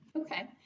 okay